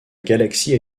galaxie